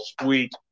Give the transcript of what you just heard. sweet